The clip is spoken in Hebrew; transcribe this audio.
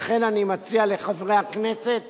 לכן אני מציע לחברי הכנסת